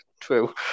True